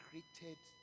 created